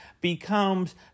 becomes